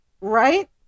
right